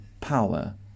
power